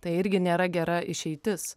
tai irgi nėra gera išeitis